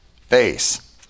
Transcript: face